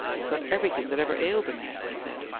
he's got everything that ever ailed a man! he said.